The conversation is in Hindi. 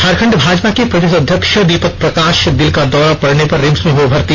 झारखंड भाजपा के प्रदेश अध्यक्ष दीपक प्रकाश दिल का दौरा पड़ने पर रिम्स में हए भर्ती